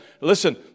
listen